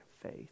faith